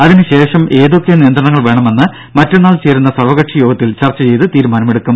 അതിന് ശേഷം ഏതൊക്കെ നിയന്ത്രണങ്ങൾ വേണമെന്ന് മറ്റന്നാൾ ചേരുന്ന സർവകക്ഷി യോഗത്തിൽ ചർച്ച ചെയ്ത് തീരുമാനമെടുക്കും